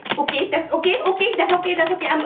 okay, that's okay, okay, that's okay, that's okay. um